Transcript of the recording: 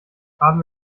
haben